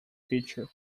future